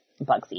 Bugsy